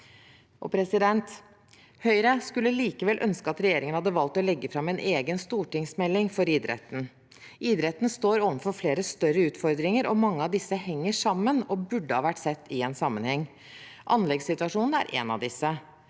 Høyre skulle likevel ønske at regjeringen hadde valgt å legge fram en egen stortingsmelding for idretten. Idretten står overfor flere større utfordringer, og mange av disse henger sammen og burde ha vært sett i sammenheng. Anleggssituasjonen er én av disse.